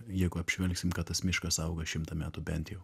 jeigu apžvelgsim ką tas miškas auga šimtą metų bent jau